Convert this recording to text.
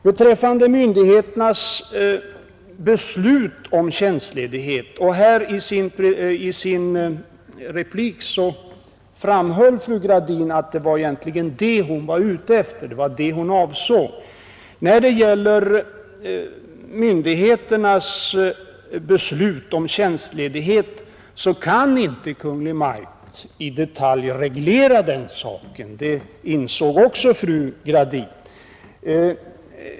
Beträffande myndigheternas beslut om tjänstledighet — och i sin replik framhöll fru Gradin att det egentligen var den frågan hon avsåg — förhåller det sig så att Kungl. Maj:t inte i detalj kan reglera den saken. Också det insåg fru Gradin.